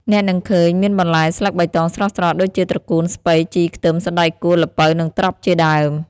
អ្នកនឹងឃើញមានបន្លែស្លឹកបៃតងស្រស់ៗ ដូចជា ត្រកួន ស្ពៃ ជី ខ្ទឹម សណ្ដែកគួ ល្ពៅ និងត្រប់ ជាដើម។